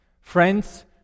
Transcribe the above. Friends